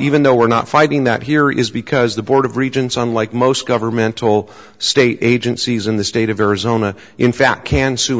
even though we're not fighting that here is because the board of regents unlike most governmental state agencies in the state of arizona in fact can s